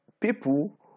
people